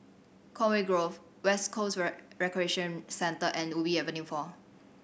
Conway Grove West Coast Recreation Centre and Ubi Avenue Four